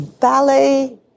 Ballet